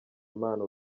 imana